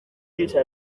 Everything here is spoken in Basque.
gisa